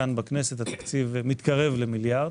כאן בכנס התקציב מתקרב למיליארד.